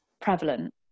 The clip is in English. prevalent